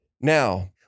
Now